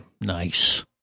Nice